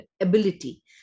ability